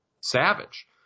Savage